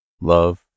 love